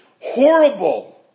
horrible